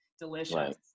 Delicious